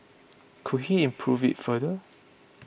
could he improve it further